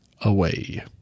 away